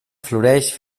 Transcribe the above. floreix